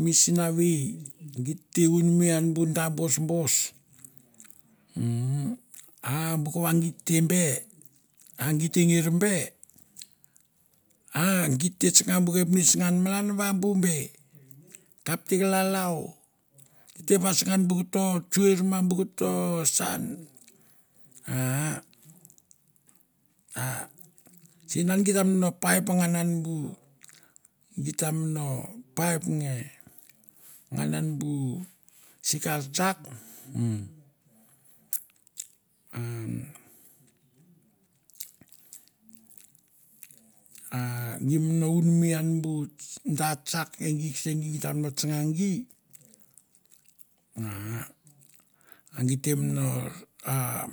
mi sinavei geit the unumi ian bu da bosbos. Mmm a bu kava gie te be, a gie te nger be a git te tsana bu kepneits ma ian va bu beh. Kap te ka lalau, gie te vasangan bu koto tsuir ma bu koto sah ian. Aaa a sein ian gie tamno paip nganan bu, ti tamno paip nge ngan an bu sikar tsak, mmm. A gie m'no un mi ian bu da tsak e gie kesegie gie temno tsana gie. Aa a a gie temno a